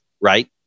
right